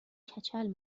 کچل